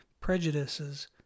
prejudices